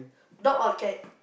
dog or cat